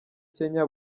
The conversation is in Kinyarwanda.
kenya